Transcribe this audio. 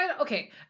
Okay